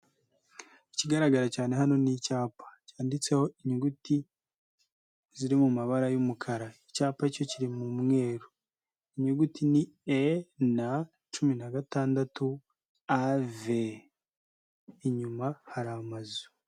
Ikigaragara cyane hano ni icyapa cyanditseho inyuguti ziri mu mabara y'umukara, icyapa cyo kiri mu mweru. Inyuguti ni e na cumi na gatandatu ave inyuma hari amazu.